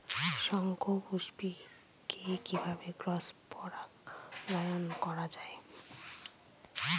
শঙ্খপুষ্পী কে কিভাবে ক্রস পরাগায়ন করা যায়?